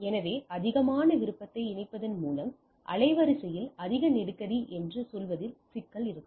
எனவே அதிகமான விருப்பத்தை இணைப்பதன் மூலம் அலைவரிசையில் அதிக நெருக்கடி என்று சொல்வதில் சிக்கல் இருக்கும்